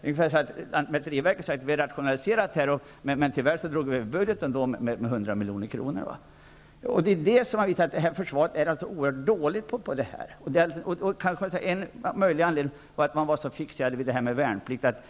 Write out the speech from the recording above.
Det är ungefär som om lantmäteriverket skulle säga att man har rationaliserat men att man tyvärr drog över budgeten med 100 milj.kr. Det har alltså visat sig att försvaret är oerhört dåligt på detta. En möjlig anledning kan vara att man är så fixerad vid värnplikten att